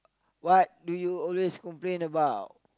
what do you always complain about